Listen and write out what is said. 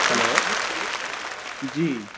hello جی